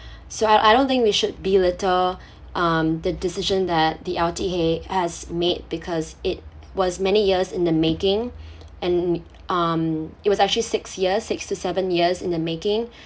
so I I don't think we should belittle um the decision that the L_T_A has made because it was many years in the making and um it was actually six years six to seven years in the making